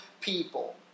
people